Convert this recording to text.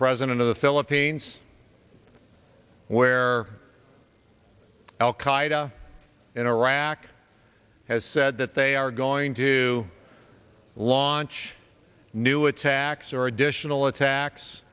president of the philippines where al qaeda in iraq has said that they are going to launch new attacks or additional attacks